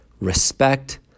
respect